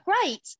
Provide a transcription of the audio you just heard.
great